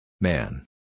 Man